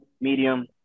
medium